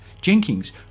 Jenkins